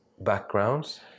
backgrounds